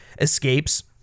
escapes